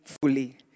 fully